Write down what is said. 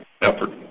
effort